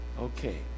okay